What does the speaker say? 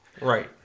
Right